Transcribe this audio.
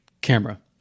camera